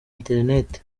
internet